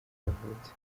yavutse